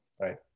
right